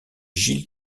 gilles